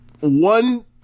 One